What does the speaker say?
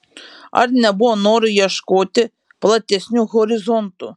ar nebuvo noro ieškoti platesnių horizontų